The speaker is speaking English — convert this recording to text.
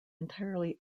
entirely